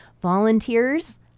Volunteers